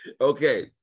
Okay